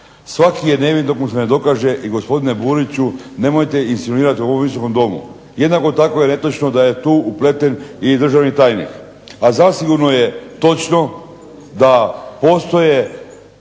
Svaki je nevin dok mu se ne dokaže i gospodine Buriću nemojte insinuirati u ovom Visokom domu. Jednako tako je netočno da je tu upleten i državni tajnik. A zasigurno je točno da postoje